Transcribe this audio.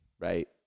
Right